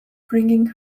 bringing